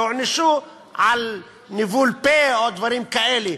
והוענשו על ניבול פה או דברים כאלה,